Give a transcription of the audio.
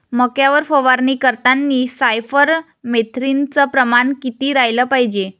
मक्यावर फवारनी करतांनी सायफर मेथ्रीनचं प्रमान किती रायलं पायजे?